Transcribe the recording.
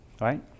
right